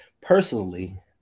personally